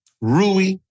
Rui